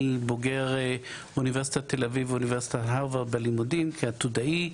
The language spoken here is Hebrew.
אני בוגר אוניברסיטת תל אביב ואוניברסיטת הרווארד בלימודים כעתודאי.